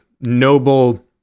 noble